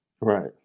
Right